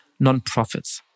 nonprofits